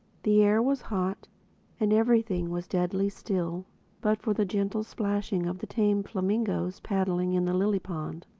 the air was hot and everything was deadly still but for the gentle splashing of the tame flamingoes paddling in the lily-pond.